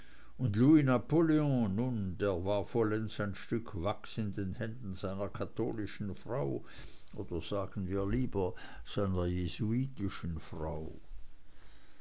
der war vollends ein stück wachs in den händen seiner katholischen frau oder sagen wir lieber seiner jesuitischen frau